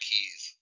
Keys